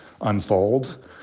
unfold